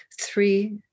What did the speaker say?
three